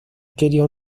quería